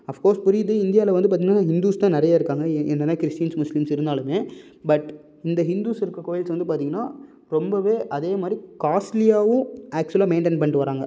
of course புரியுது இந்தியாவில வந்து பார்த்தீங்கன்னா ஹிந்துஸ் தான் நிறையா இருக்காங்க என்னதான் கிறிஸ்டின்ஸ் முஸ்லீம்ஸ் இருந்தாலுமே பட் இந்த ஹிந்துஸ் இருக்க கோயில்ஸ் வந்து பார்த்தீங்கன்னா ரொம்பவே அதே மாதிரி காஸ்ட்லியாகவும் ஆக்சுவலாக மெயிண்ட்டெயின் பண்ணிட்டு வராங்க